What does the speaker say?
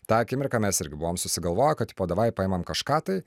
tą akimirką mes irgi buvom susigalvoję kad tipo paimam kažką tai